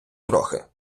трохи